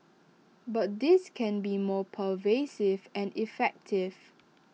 but this can be more pervasive and effective